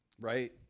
Right